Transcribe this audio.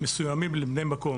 מסוימים לבני מקום.